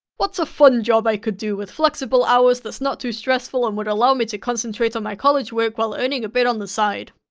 what's a fun job i could do with flexible hours that's not too stressful and would allow me to concentrate on my college work while earning a bit on the side?